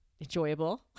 enjoyable